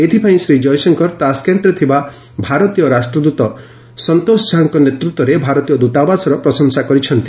ଏଥିପାଇଁ ଶ୍ରୀ ଜୟଶଙ୍କର ତାସକେଶ୍ଚରେ ଥିବା ଭାରତୀୟ ରାଷ୍ଟ୍ରଦୂତ ସନ୍ତୋଷ ଝାଙ୍କ ନେତୂତ୍ୱରେ ଭାରତୀୟ ଦୂତାବାସର ପ୍ରଶଂସା କରିଛନ୍ତି